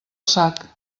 sac